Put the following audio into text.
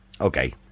Okay